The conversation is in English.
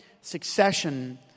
succession